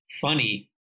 funny